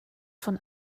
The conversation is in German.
von